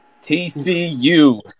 TCU